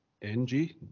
Ng